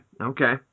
Okay